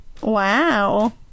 Wow